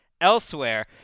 elsewhere